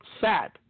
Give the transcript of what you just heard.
Sad